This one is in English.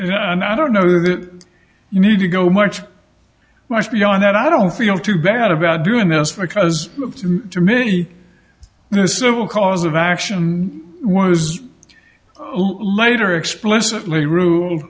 and i don't know that you need to go much much beyond that i don't feel too bad about doing this because to me the civil cause of action was later explicitly rule